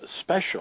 special